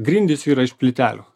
grindys yra iš plytelių